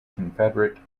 confederate